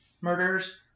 murders